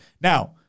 Now